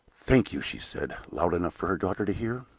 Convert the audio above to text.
thank you, she said, loud enough for her daughter to hear.